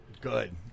Good